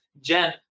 Jen